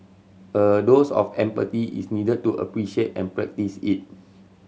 a dose of is needed to appreciate and practise it